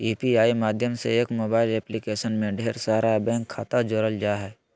UPI माध्यम से एक मोबाइल एप्लीकेशन में ढेर सारा बैंक खाता जोड़ल जा हय